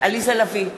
עליזה לביא,